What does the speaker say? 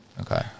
Okay